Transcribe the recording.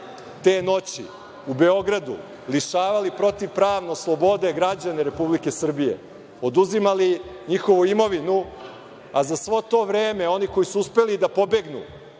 te noći u Beogradu lišavali protivpravno slobode građane Republike Srbije, oduzimali njihovu imovinu, a za sve to vreme oni koji su uspeli da pobegnu